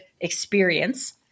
experience